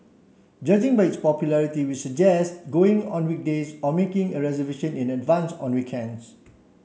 judging by its popularity we'd suggest going on weekdays or making a reservation in advance on weekends